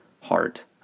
heart